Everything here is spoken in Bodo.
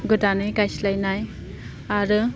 गोदानै गायस्लायनाय आरो